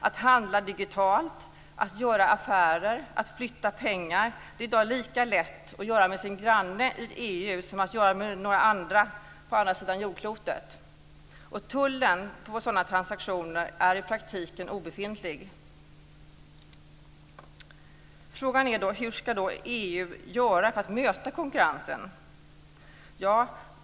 Att handla digitalt, göra affärer, flytta pengar är lika lätt att göra med sin granne i EU som att göra det med någon annan på andra sidan jordklotet. Tullen på sådana transaktioner är i praktiken obefintlig. Frågan är hur EU ska göra för att möta konkurrensen.